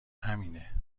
همینه